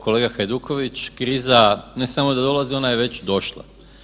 Kolega Hajduković, kriza ne samo da dolazi, ona je već došla.